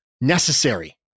necessary